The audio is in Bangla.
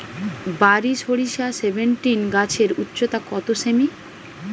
বারি সরিষা সেভেনটিন গাছের উচ্চতা কত সেমি?